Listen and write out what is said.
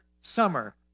summer